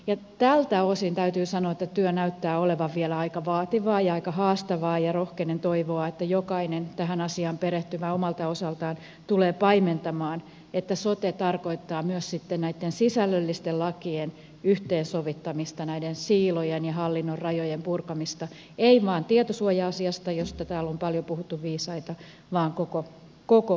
ja tältä osin täytyy sanoa että työ näyttää olevan vielä aika vaativaa ja aika haastavaa ja rohkenen toivoa että jokainen tähän asiaan perehtyvä omalta osaltaan tulee paimentamaan että sote tarkoittaa myös sitten näitten sisällöllisten lakien yhteensovittamista näiden siilojen ja hallinnon rajojen purkamista ei vain tietosuoja asiassa josta täällä on paljon puhuttu viisaita vaan koko palveluketjussa